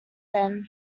then